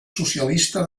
socialista